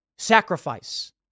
sacrifice